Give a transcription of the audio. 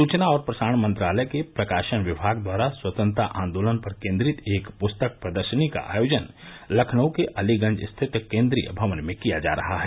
सूचना और प्रसारण मंत्रालय के प्रकाशन विभाग द्वारा स्वतंत्रता आन्दोलन पर केन्द्रित एक पुस्तक प्रदर्शनी का आयोजन लखनऊ के अलीगंज स्थित केन्द्रीय भवन में किया जा रहा है